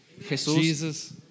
Jesus